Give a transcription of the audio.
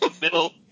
middle